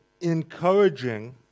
encouraging